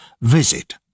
visit